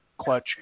clutch